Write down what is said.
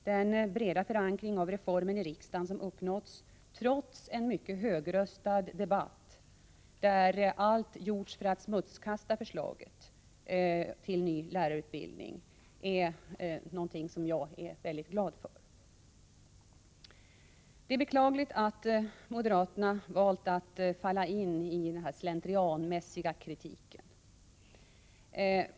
Den breda förankringen av reformen i riksdagen som uppnåtts trots en mycket högröstad debatt, där allt har gjorts för att smutskasta förslaget till ny lärarutbildning, är jag väldigt glad för. Det är beklagligt att moderaterna valt att falla in i denna slentrianmässiga kritik.